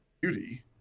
beauty